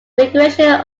configuration